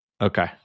Okay